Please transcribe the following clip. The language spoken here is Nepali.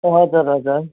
हजुर हजुर